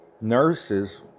nurses